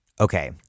Okay